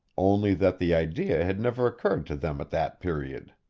only that the idea had never occurred to them at that period.